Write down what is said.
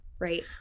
right